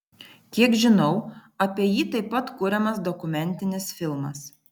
kiek žinau apie jį taip pat kuriamas dokumentinis filmas